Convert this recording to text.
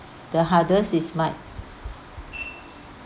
the hardest is might